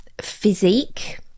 physique